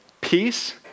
peace